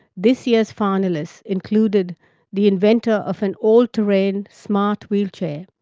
this year's finalists included the inventor of an all-terrain smart wheelchair,